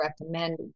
recommend